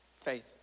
Faith